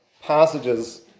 passages